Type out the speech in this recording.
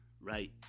Right